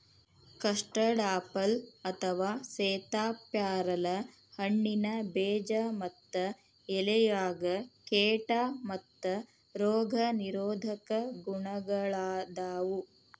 custard apple ಅಥವಾ ಸೇತಾಪ್ಯಾರಲ ಹಣ್ಣಿನ ಬೇಜ ಮತ್ತ ಎಲೆಯಾಗ ಕೇಟಾ ಮತ್ತ ರೋಗ ನಿರೋಧಕ ಗುಣಗಳಾದಾವು